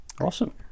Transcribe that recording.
awesome